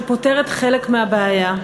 שפותרת חלק מהבעיה,